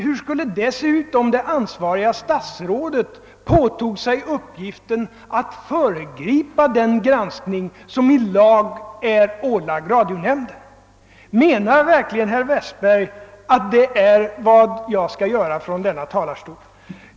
Hur skulle det se ut om det ansvariga statsrådet :påtog sig uppgiften att föregripa den granskning som i lag är ålagd radionämnden? Menar verkligen herr Westberg: att det är vad jag skall göra från denna talarstol?